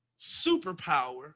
superpower